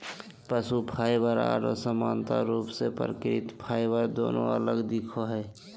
पशु फाइबर आरो सामान्य रूप से प्राकृतिक फाइबर दोनों अलग दिखो हइ